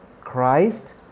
Christ